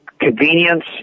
convenience